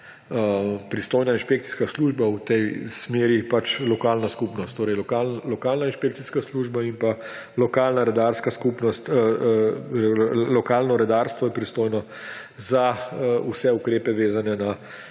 pristojna inšpekcijska služba v tej smeri lokalna skupnost. Torej lokalna inšpekcijska služba in lokalno redarstvo sta pristojna za vse ukrepe, vezane na